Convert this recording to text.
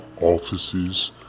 offices